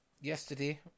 yesterday